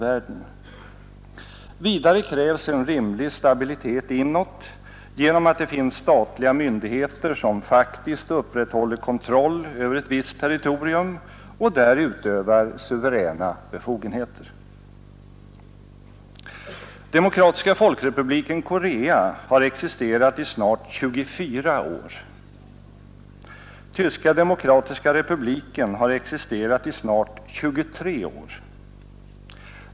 Vidare krävs en rimlig stabilitet inåt genom att det finns statliga myndigheter som faktiskt upprätthåller kontroll över ett visst territorium och där utövar suveräna befogenheter. Demokratiska folkrepubliken Korea har existerat i snart 24 år. Tyska demokratiska republiken har existerat i snart 23 år.